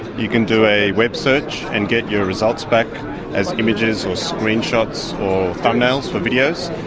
you can do a web search and get your results back as images, or screenshots or thumbnails for videos,